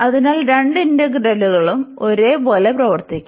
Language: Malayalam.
അതിനാൽ രണ്ട് ഇന്റഗ്രലുകളും ഒരേപോലെ പ്രവർത്തിക്കും